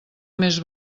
més